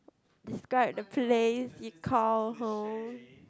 describe the place you call home